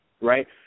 right